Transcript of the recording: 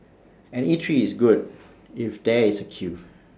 an eatery is good if there is A queue